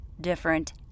different